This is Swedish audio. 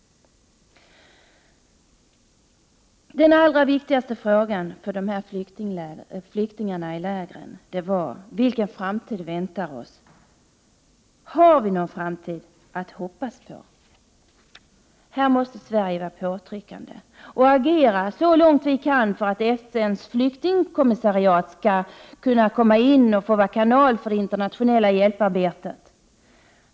De allra viktigaste frågorna för flyktingarna i lägren var: Vilken framtid väntar oss? Har vi någon framtid att hoppas på? Här måste Sverige vara påtryckande och agera så långt vi kan för att FN:s flyktingkommissariat skall få vara kanal för internationellt hjälparbete.